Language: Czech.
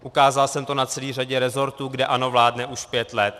Ukázal jsem to na celé řadě resortů, kde ANO vládne už pět let.